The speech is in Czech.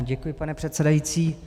Děkuji, pane předsedající.